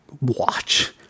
Watch